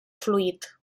fluid